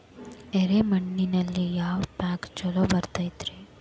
ಎರೆ ಮಣ್ಣಿನಲ್ಲಿ ಯಾವ ಪೇಕ್ ಛಲೋ ಬರತೈತ್ರಿ?